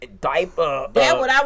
diaper